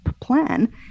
plan